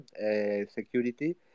security